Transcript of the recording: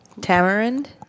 tamarind